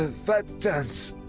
and fat chance.